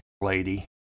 lady